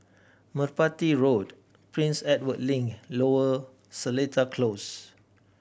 Merpati Road Prince Edward Link Lower Seletar Close